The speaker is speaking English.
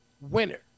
winner